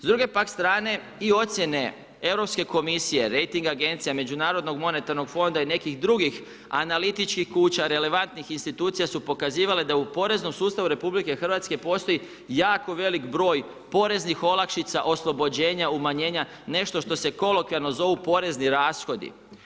S druge pak strane i ocjene Europske komisije, rejting agencija, međunarodnog monetarnog fonda i nekih drugih analitičkih kuća, relevantnih institucija su pokazivale da u poreznom sustavu RH postoji jako velik broj poreznih olakšica, oslobođenja, umanjenja, nešto što se kolokvijalno zovu porezni rashodi.